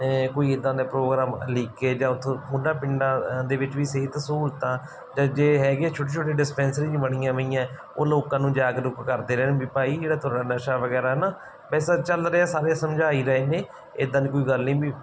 ਇਹ ਕੋਈ ਇੱਦਾਂ ਦੇ ਪ੍ਰੋਗਰਾਮ ਉਲੀਕੇ ਜਾਂ ਉੱਥੋਂ ਉਹਨਾਂ ਪਿੰਡਾਂ ਦੇ ਵਿੱਚ ਵੀ ਸਿਹਤ ਸਹੂਲਤਾਂ ਅਤੇ ਜੇ ਹੈਗੀਆੰ ਛੋਟੀਆਂ ਛੋਟੀਆਂ ਡਿਸਪੈਂਸਰੀ ਜਿਹੀਆਂ ਬਣੀਆਂ ਹੋਈਆਂ ਉਹ ਲੋਕਾਂ ਨੂੰ ਜਾਗਰੂਕ ਕਰਦੇ ਰਹਿਣ ਵੀ ਭਾਈ ਜਿਹੜਾ ਤੁਹਾਡਾ ਨਸ਼ਾ ਵਗੈਰਾ ਨਾ ਵੈਸੇ ਤਾਂ ਚੱਲ ਰਿਹਾ ਸਾਰੇ ਸਮਝਾਈ ਰਹੇ ਨੇ ਇੱਦਾਂ ਦੀ ਕੋਈ ਗੱਲ ਨਹੀਂ ਵੀ